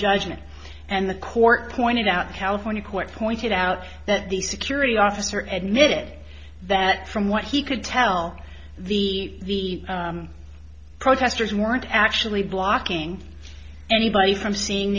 judgment and the court pointed out california courts pointed out that the security officer at mit that from what he could tell the protesters weren't actually blocking anybody from seeing